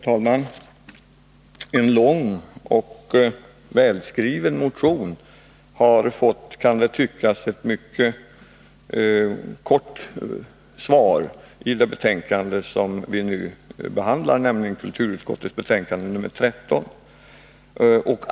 Herr talman! En lång och välskriven motion har fått, kan det tyckas, ett mycket kort svar i det betänkande som vi nu behandlar, nämligen kulturutskottets betänkande nr 13.